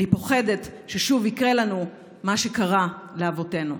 אני פוחדת ששוב יקרה לנו מה שקרה לאבותינו.